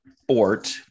sport